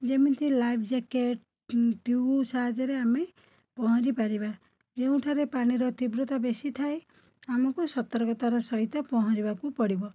ଜେମିତି life jacket tube ସାହାଯ୍ୟରେ ଆମେ ପହଁରି ପାରିବା ଯେଉଁଠାରେ ପାଣିର ତିବ୍ରତା ବେଶି ଥାଏ ଆମକୁ ସତର୍କତାର ସହିତ ପହଁରିବାକୁ ପଡ଼ିବ